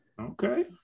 Okay